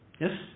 yes